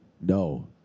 No